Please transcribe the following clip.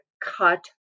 cut